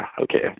okay